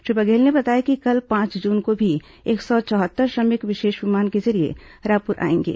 श्री बघेल ने बताया कि कल पांच जून को भी एक सौ चौहत्तर श्रमिक विशेष विमान के जरिये रायपुर आएंगे